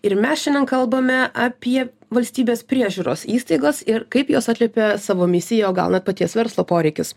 ir mes šiandien kalbame apie valstybės priežiūros įstaigos ir kaip jos atliepia savo misiją o gal net paties verslo poreikius